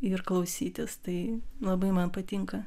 ir klausytis tai labai man patinka